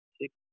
six